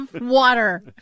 water